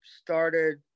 started